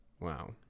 wow